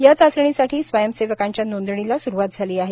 या चाचणीसाठी स्वयंसेवकांच्या नोंदणीला स्रुवात झाली आहे